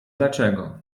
dlaczego